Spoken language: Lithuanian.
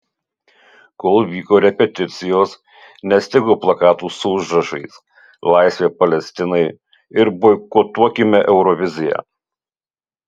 kol vyko repeticijos nestigo plakatų su užrašais laisvė palestinai ir boikotuokime euroviziją